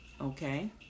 Okay